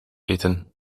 eten